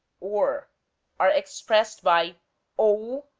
or are expressed by ou.